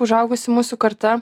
užaugusi mūsų karta